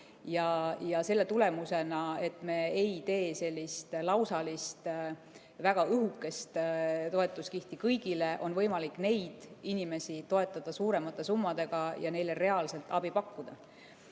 Selle tulemusena, et me ei tee sellist lausalist, väga õhukest toetuskihti kõigile, on võimalik neid inimesi toetada suuremate summadega ja neile reaalselt abi pakkuda.